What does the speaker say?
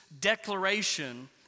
declaration